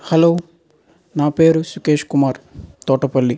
hello నా పేరు సుకేష్ కుమార్ తోటపల్లి